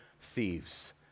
thieves